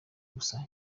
ubusa